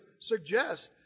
suggest